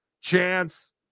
chance